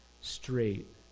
straight